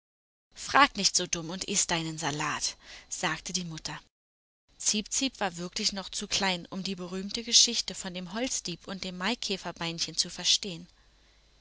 frag nicht so dumm und iß deinen salat sagte die mutter ziepziep war wirklich noch zu klein um die berühmte geschichte von dem holzdieb und dem maikäferbeinchen zu verstehen